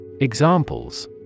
Examples